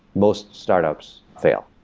most startups fail.